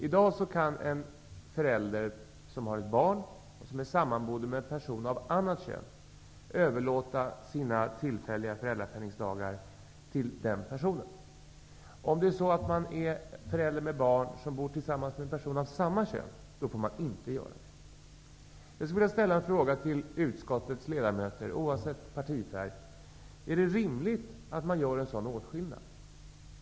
I dag kan en förälder, med hemmaboende barn, som är sammanboende med en person av annat kön överlåta rätten till sina dagar med tillfällig föräldrapenning till den personen. Om man som förälder, med hemmaboende barn, bor tillsammans med person av samma kön, får man inte göra det. Jag skulle vilja ställa en fråga till utskottets ledamöter -- oavsett partifärg. Är det rimligt att göra en sådan åtskillnad?